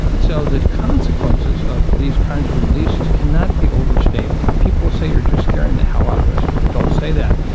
so the consequences of these kinds of releases cannot be overstated. people say you're just scaring the hell out of us, don't say that'.